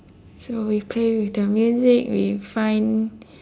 so we play with the music we find